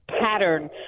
pattern